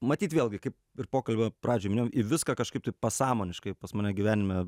matyt vėlgi kaip ir pokalbio pradžioj minėjau į viską kažkaip tai pasąmoniškai pas mane gyvenime